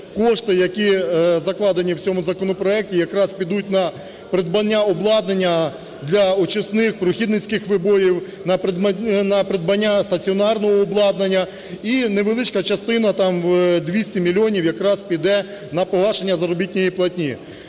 кошти, які закладені в цьому законопроекті, якраз підуть на придбання обладнання для очисних прохідницьких вибоїв, на придбання стаціонарного обладнання і невеличка частина, там 200 мільйонів, якраз піде на погашення заробітної платні.